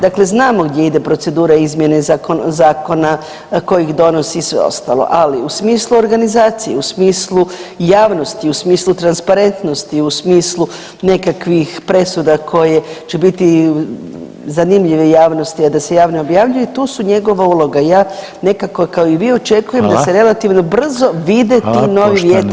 Dakle, znamo gdje ide procedura izmjene zakona, tko ih donosi i sve ostalo, ali u smislu organizacije, u smislu javnosti, u smislu transparentnosti, u smislu nekakvih presuda koje će biti zanimljive javnosti, a da se javno objavljuje, tu su njegova uloga i ja nekako kao i vi očekujem [[Upadica: Hvala.]] da se relativno brzo vide ti novi vjetrovi.